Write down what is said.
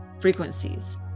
frequencies